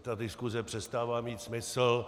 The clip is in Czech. Ta diskuse přestává mít smysl.